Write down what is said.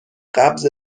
قبض